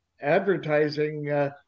advertising